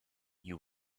you